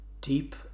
deep